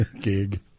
Gig